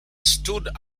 stood